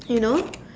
you know